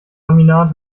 laminat